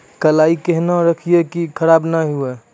कलाई केहनो रखिए की खराब नहीं हुआ?